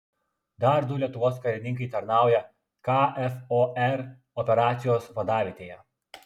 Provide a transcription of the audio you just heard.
dar du lietuvos karininkai tarnauja kfor operacijos vadavietėje